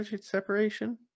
separation